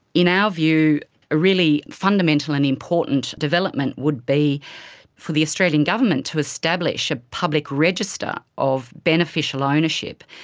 in our view, a really fundamental and important development would be for the australian government to establish a public register of beneficial ownership,